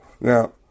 Now